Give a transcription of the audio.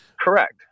correct